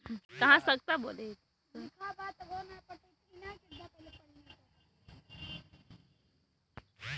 mutual fund में long term निवेश करके अच्छा लाभ बनावल जा सकला